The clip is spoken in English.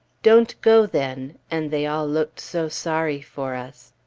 don't go, then and they all looked so sorry for us.